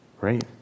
right